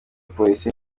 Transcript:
polisi